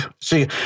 See